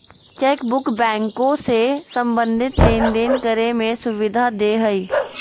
chequebook बैंको से संबंधित लेनदेन करे में सुविधा देय हइ